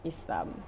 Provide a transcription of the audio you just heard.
Islam